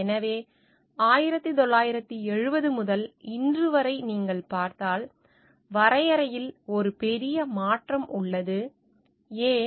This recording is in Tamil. எனவே 1970 முதல் இன்று வரை நீங்கள் பார்த்தால் வரையறையில் ஒரு பெரிய மாற்றம் உள்ளது ஏன்